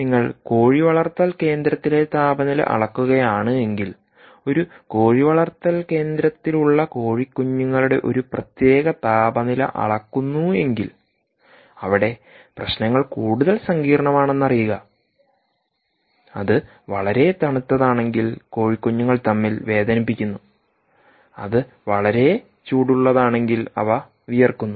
നിങ്ങൾ കോഴിവളർത്തൽ കേന്ദ്രത്തിലെ താപനില അളക്കുകയാണ് എങ്കിൽ ഒരു കോഴി വളർത്തൽ കേന്ദ്രത്തിലുള്ള കോഴി കുഞ്ഞുങ്ങളുടെ ഒരു പ്രത്യേക താപനില അളക്കുന്നു എങ്കിൽ അവിടെ പ്രശ്നങ്ങൾ കൂടുതൽ സങ്കീർണ്ണമാണെന്ന് അറിയുക അത് വളരെ തണുത്തതാണെങ്കിൽ കോഴി കുഞ്ഞുങ്ങൾ തമ്മിൽ വേദനിപ്പിക്കുന്നു അത് വളരെ ചൂടുള്ളതാണെങ്കിൽ അവ വിയർക്കുന്നു